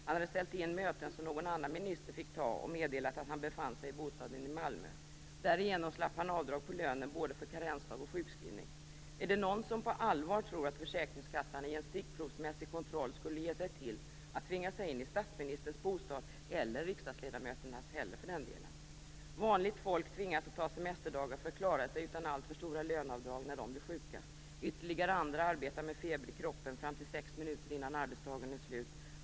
Han hade ställt in möten som någon annan minister fick ta och meddelat att han befann sig i bostaden i Malmö. Därigenom slapp han avdrag på lönen både för karensdag och sjukskrivning. Är det någon som på allvar tror att försäkringskassan i en stickprovsmässig kontroll skulle ge sig till att tvinga sig in i statsministerns bostad, eller i riksdagsledamöternas heller för den delen? Vanligt folk tvingas att ta semesterdagar för att klara sig utan alltför stora löneavdrag när de blir sjuka. Ytterligare andra arbetar med feber i kroppen fram till sex minuter innan arbetsdagen är slut.